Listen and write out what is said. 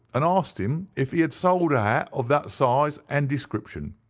and asked him if he had sold a hat of that size and description.